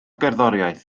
gerddoriaeth